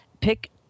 pick